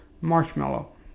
Marshmallow